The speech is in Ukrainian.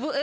пропише